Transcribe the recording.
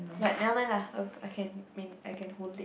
like never mind lah I can mean I can hold it